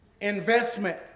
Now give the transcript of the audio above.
investment